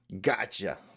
Gotcha